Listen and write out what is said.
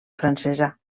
francesa